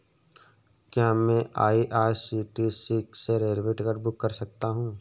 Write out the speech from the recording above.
क्या मैं आई.आर.सी.टी.सी से रेल टिकट बुक कर सकता हूँ?